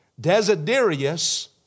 Desiderius